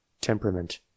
temperament